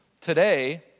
today